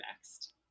next